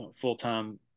full-time